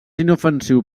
inofensiu